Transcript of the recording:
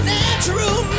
natural